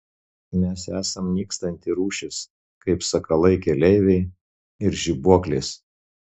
mes esam nykstanti rūšis kaip sakalai keleiviai ir žibuoklės